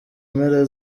mpera